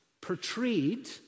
portrayed